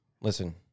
Listen